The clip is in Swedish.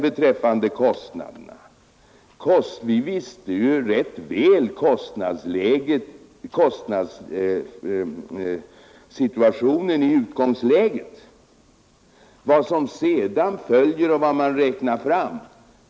Vad kostnaderna beträffar visste vi ju rätt väl kostnadssituationen i utgångsläget. Vad som sedan följer vet ingen säkert.